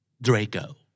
Draco